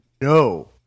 no